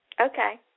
Okay